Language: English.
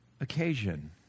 occasion